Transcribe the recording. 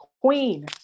Queen